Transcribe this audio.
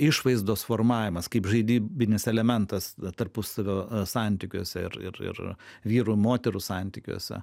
išvaizdos formavimas kaip žaidybinis elementas tarpusavio santykiuose ir ir ir vyrų moterų santykiuose